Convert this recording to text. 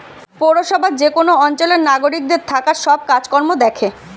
পৌরসভা যে কোন অঞ্চলের নাগরিকদের থাকার সব কাজ কর্ম দ্যাখে